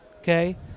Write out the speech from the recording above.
okay